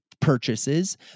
Purchases